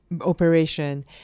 operation